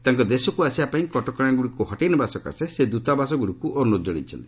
ତାଙ୍କ ଦେଶକୁ ଆସିବା ପାଇଁ କଟକଣାଗୁଡ଼ିକୁ ହଟେଇନେବା ସକାଶେ ସେ ଦୂତାବାସଗୁଡ଼ିକୁ ଅନୁରୋଧ କଣାଇଛନ୍ତି